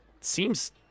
seems